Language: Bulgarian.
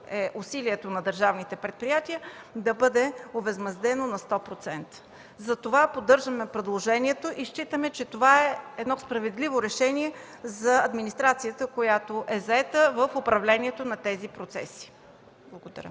усилието на държавните предприятия, да бъде овъзмезден на 100%. Затова поддържаме предложението и считаме, че това е едно справедливо решение за администрацията, която е заета с управлението на тези процеси. Благодаря.